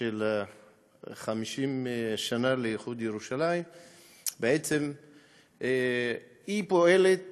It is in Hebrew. של 50 שנה לאיחוד ירושלים בעצם היא פועלת